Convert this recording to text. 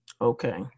okay